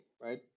right